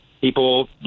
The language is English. people